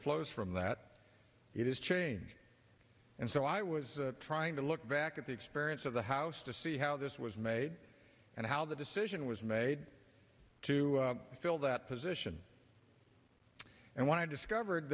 flows from that it is changed and so i was trying to look back at the experience of the house to see how this was made and how the decision was made to fill that position and want to discovered